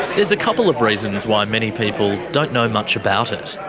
there's a couple of reasons why many people don't know much about it.